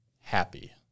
happy